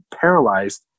paralyzed